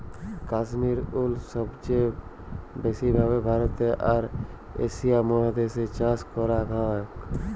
কাশ্মির উল সবচে ব্যাসি ভাবে ভারতে আর এশিয়া মহাদেশ এ চাষ করাক হয়ক